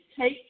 take